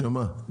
שמה?